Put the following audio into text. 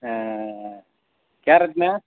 ஆ ஆ ஆ கேரட்ண்ண